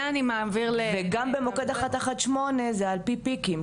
זה אני מעביר ל- וגם במוקד 118 זה על פי פיקים,